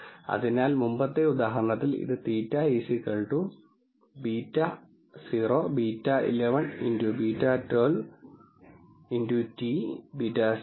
അതിനാൽ മുമ്പത്തെ ഉദാഹരണത്തിൽ ഇത് θ β0 β11β12 T β0 β11β12 ആയി മാറും